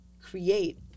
create